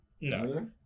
No